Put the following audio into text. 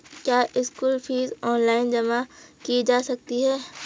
क्या school fees online जमा की जा सकती है?